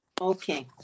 Okay